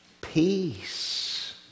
peace